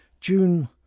June